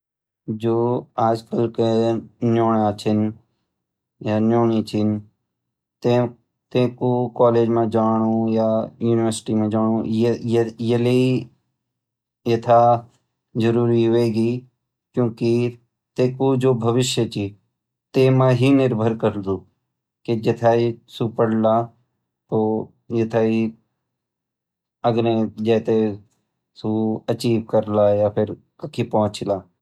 जो आजकल कै नौना छन या नौनी छन तैं कू काॅलेज म जाणू या यूनिवर्सिटी म जाणू यथां जरूरी होएगी क्योंकि त्यों कु जु भविष्या छ तै म ही निर्भर करदू कि जथ्या ही पढला सु तथ्या ही अगने सु अचीव करला या फिर सु पंहुचला।